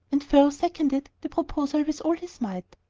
and phil seconded the proposal with all his might.